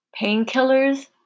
painkillers